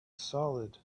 solid